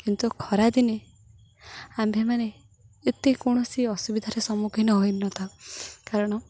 କିନ୍ତୁ ଖରାଦିନେ ଆମ୍ଭେମାନେ ଏତେ କୌଣସି ଅସୁବିଧାର ସମ୍ମୁଖୀନ ହୋଇନଥାଉ କାରଣ